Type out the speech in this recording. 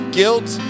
guilt